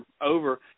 over